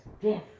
Yes